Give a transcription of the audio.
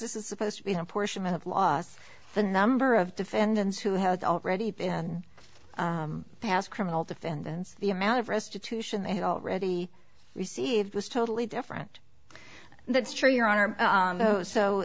this is supposed to be a portion of loss the number of defendants who have already been past criminal defendants the amount of restitution they've already received was totally different that's true your honor so